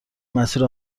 مسیر